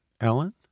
Ellen